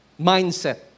mindset